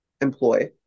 employ